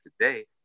today